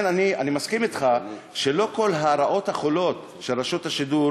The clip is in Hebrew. אני מסכים אתך שלא כל הרעות החולות של רשות השידור